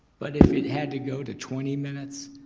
but if it had to go to twenty minutes,